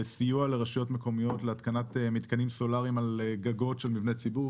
לסיוע לרשויות מקומיות להתקנת מתקנים סולאריים על גגות של מבני ציבור,